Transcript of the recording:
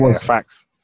facts